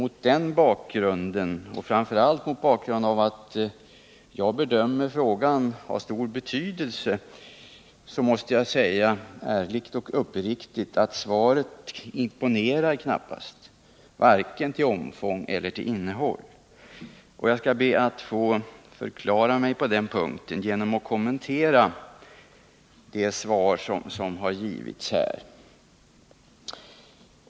Mot den bakgrunden, och framför allt mot bakgrund av att jag bedömer att frågan har stor betydelse, måste jag ärligt och uppriktigt säga att svaret knappast imponerar, varken till omfång eller till innehåll. Jag skall be att få förklara mig genom att kommentera det svar som har lämnats.